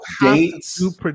dates